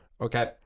okay